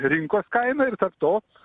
rinkos kaina ir tarp to